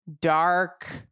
Dark